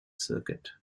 circuit